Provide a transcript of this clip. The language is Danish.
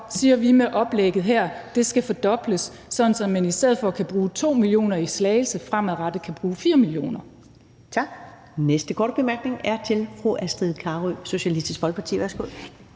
siger vi med oplægget her: Det skal fordobles, sådan at man i stedet for at kunne bruge 2 mio. kr. i Slagelse fremadrettet kan bruge 4 mio.